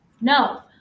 No